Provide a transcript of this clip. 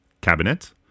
cabinet